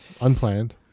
unplanned